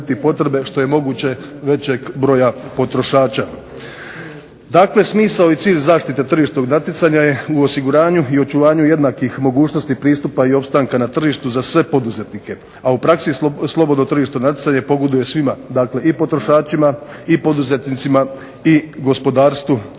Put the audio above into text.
što je moguće većeg broja potrošača. Dakle, smisao i cilj zaštite tržišnog natjecanja je u osiguranju i očuvanju jednakih mogućnosti i pristupa i opstanka na tržištu za sve poduzetnike, a u praksi slobodno tržište natjecanja pogoduje svima. Dakle, i potrošačima i poduzetnicima i gospodarstvu